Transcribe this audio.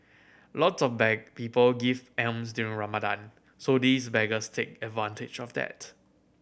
lots of people give alms during Ramadan so these beggars take advantage of that